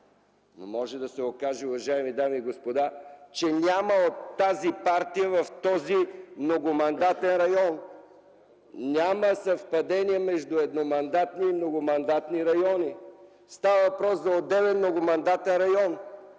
Може да се окаже, уважаеми дами и господа, че няма такъв от тази партия в този многомандатен район. Няма съвпадение между едномандатни и многомандатни райони. Става въпрос за отделен многомандатен район.